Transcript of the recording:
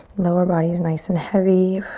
lower body's nice and heavy.